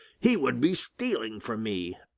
he would be stealing from me,